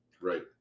Right